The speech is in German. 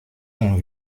und